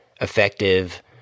effective